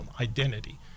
identity